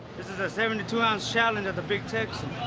this is a seventy two ounce challenge at the big texan.